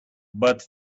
but